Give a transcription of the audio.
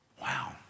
Wow